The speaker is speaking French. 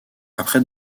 après